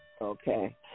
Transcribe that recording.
Okay